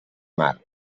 mar